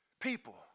people